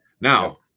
Now